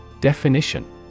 Definition